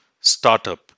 startup